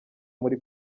muli